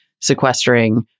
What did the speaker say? sequestering